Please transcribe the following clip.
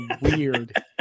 weird